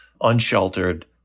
unsheltered